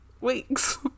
weeks